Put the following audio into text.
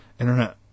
internet